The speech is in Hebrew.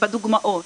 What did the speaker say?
התאמה בדוגמאות,